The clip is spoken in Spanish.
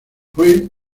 fue